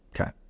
Okay